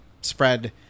spread